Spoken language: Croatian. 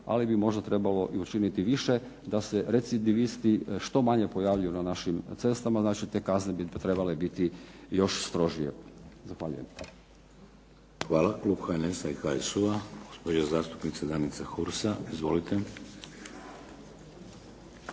ali bi možda trebalo i učiniti više da se recedivisti što manje pojavljuju na našim cestama, znači te kazne bi trebale biti još strožije. Zahvaljujem. **Šeks, Vladimir (HDZ)** Hvala. Klub HNS-a i HSU-a, gospođa zastupnica Danica Hursa. Izvolite.